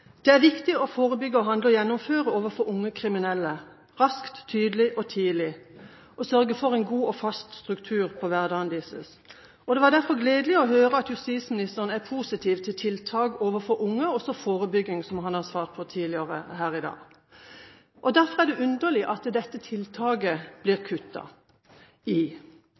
det gjelder ungdomsstraffen. Det er viktig å forebygge, handle og gjennomføre overfor unge kriminelle raskt, tydelig og tidlig, og sørge for en god og fast struktur på hverdagen deres. Det var gledelig å høre at justisministeren er positiv til tiltak overfor unge, også forebygging, som han har svart på tidligere her i dag. Derfor er det underlig at dette tiltaket blir kuttet i.